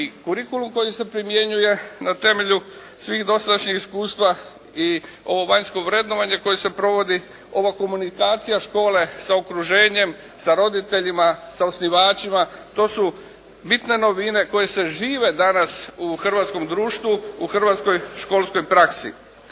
i kurikulum koji se primjenjuje na temelju svih dosadašnjih iskustava i ovo vanjsko vrednovanje koje se provodi, ova komunikacija škole sa okruženjem, sa roditeljima, sa osnivačima, to su bitne novine koje se žive danas u hrvatskom društvu, u hrvatskoj školskoj praksi.